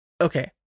okay